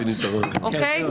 אוקיי?